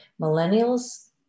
Millennials